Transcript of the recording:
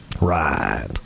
Right